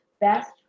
best